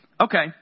Okay